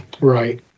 right